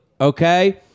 okay